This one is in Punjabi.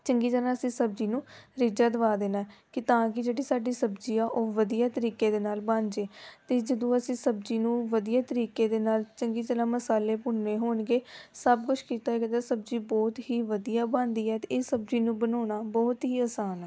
ਚੰਗੀ ਤਰ੍ਹਾਂ ਅਸੀਂ ਸਬਜ਼ੀ ਨੂੰ ਰਿਝਾ ਦਵਾ ਦੇਣਾ ਕਿ ਤਾਂ ਕਿ ਜਿਹੜੀ ਸਾਡੀ ਸਬਜ਼ੀ ਆ ਉਹ ਵਧੀਆ ਤਰੀਕੇ ਦੇ ਨਾਲ ਬਣ ਜਾਵੇ ਅਤੇ ਜਦੋਂ ਅਸੀਂ ਸਬਜੀ ਨੂੰ ਵਧੀਆ ਤਰੀਕੇ ਦੇ ਨਾਲ ਚੰਗੀ ਤਰ੍ਹਾਂ ਮਸਾਲੇ ਭੁੰਨੇ ਹੋਣਗੇ ਸਭ ਕੁਝ ਕੀਤਾ ਹੋਏਗਾ ਅਤੇ ਸਬਜ਼ੀ ਬਹੁਤ ਹੀ ਵਧੀਆ ਬਣਦੀ ਹੈ ਅਤੇ ਇਹ ਸਬਜ਼ੀ ਨੂੰ ਬਣਾਉਣਾ ਬਹੁਤ ਹੀ ਆਸਾਨ ਹੈ